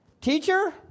Teacher